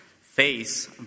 face